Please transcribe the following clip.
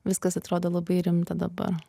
viskas atrodo labai rimta dabar